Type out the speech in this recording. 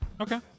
Okay